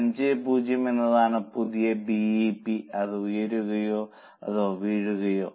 50 എന്നതാണ് പുതിയ BEP അത് ഉയരുമോ അതോ വീഴുമോ